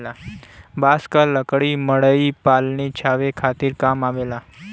बांस क लकड़ी मड़ई पलानी छावे खातिर काम आवेला